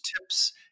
tips